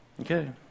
Okay